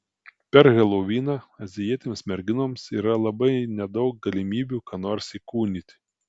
per heloviną azijietėms merginoms yra labai nedaug galimybių ką nors įkūnyti